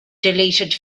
deleted